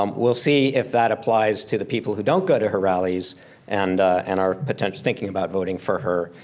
um we'll see if that applies to the people who don't go to her rallies and and are potentially thinking about voting for her,